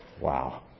Wow